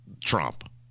Trump